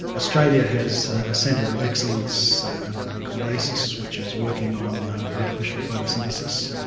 australia has a centre of excellence called aces which is working on artificial photosynthesis,